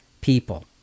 people